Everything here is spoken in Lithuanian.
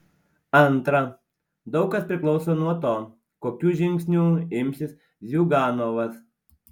antra daug kas priklauso nuo to kokių žingsnių imsis ziuganovas